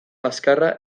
azkarra